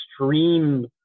extreme